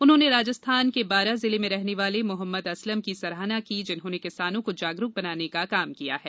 उन्होंने राजस्थान के बारां जिले में रहने वाले मोहम्मद असलम की सराहना की जिन्होंने किसानों को जागरूक बनाने का काम किया है